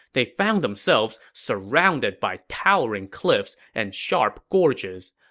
they found themselves surrounded by towering cliffs and sharp gorges.